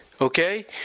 Okay